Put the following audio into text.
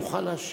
תוכל להשיב.